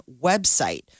website